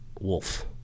wolf